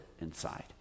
inside